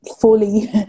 fully